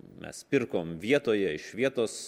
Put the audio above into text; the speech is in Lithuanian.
mes pirkom vietoje iš vietos